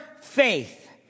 faith